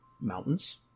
mountains